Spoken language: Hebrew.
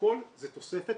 הכול זה תוספת,